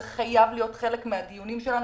זה חייב להיות חלק מהדיונים שלנו,